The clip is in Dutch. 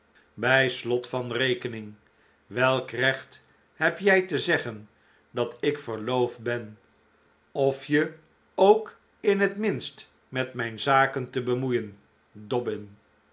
bij slot van rekening welk recht heb jij te zeggen dat ik verloofd ben of je ook in het minst met mijn zaken te bemoeien dobbin